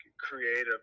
creative